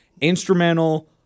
instrumental